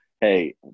Hey